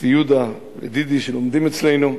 צבי יהודה ודידי, שלומדים אצלנו: